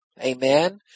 Amen